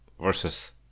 versus